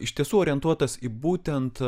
iš tiesų orientuotas į būtent